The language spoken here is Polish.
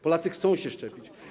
Polacy chcą się szczepić.